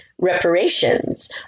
reparations